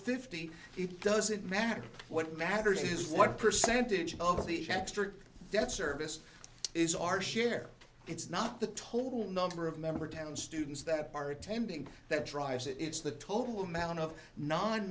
fifty it doesn't matter what matters is what percentage of the extra debt service is our share it's not the total number of member town students that are attending that drives it it's the total amount of non